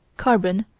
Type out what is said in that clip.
carbon,